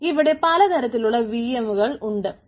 ഇവിടെ പലതരത്തിലുള്ള vm കൾ ഉണ്ട്